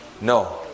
No